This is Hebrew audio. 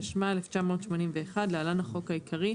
התשמ"א-1981 (להלן החוק העיקרי),